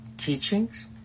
Teachings